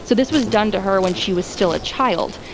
so this was done to her when she was still a child.